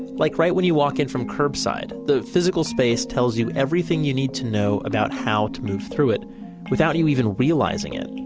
like right when you walk in from curb side. the physical space tells you everything you need to know about how to move through it without you even realizing it.